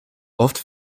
oft